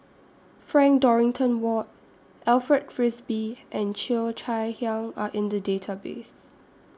Frank Dorrington Ward Alfred Frisby and Cheo Chai Hiang Are in The Database